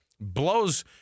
blows